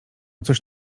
coś